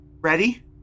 Ready